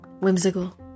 whimsical